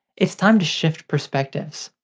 it's time to shift perspectives.